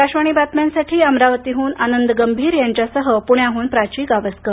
आकाशवाणी बातम्यासाठी अमरावतीहून आनंद गंभीर यांच्यासह पुण्याहून प्राची गावस्कर